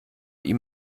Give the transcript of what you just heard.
ihm